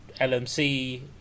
LMC